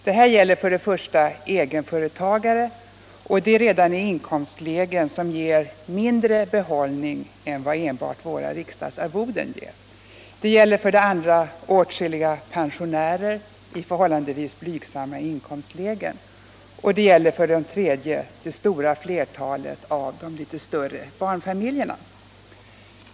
Detta gäller 1. egenföretagare, och detta redan i inkomstlägen som ger dem mindre behållning än vad enbart våra riksdagsarvoden ger, 2 åtskilliga pensionärer i förhållandevis blygsamma inkomstlägen, 3. det stora flertalet av de litet större barnfamiljerna.